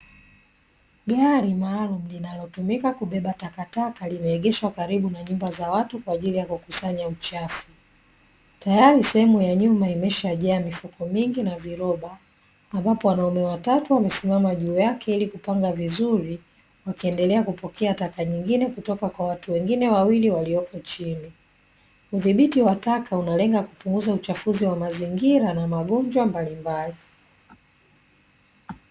Gari maalumu linalotumika kubeba takataka, limeegeshwa karibu na nyumba za watu kwa ajili ya kukusanya uchafu. Tayari sehemu ya nyuma imeshajaa mifuko mingi na viroba, ambapo wanaume watatu wamesimama juu yake ili kupanga vizuri, wakiendelea kupokea taka nyingine kutoka kwa watu wengine wawili walioko chini. Udhibiti wa taka unalenga kupunguza uchafuzi wa mazingira na magonjwa mbalimbali.